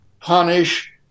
punish